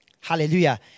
Hallelujah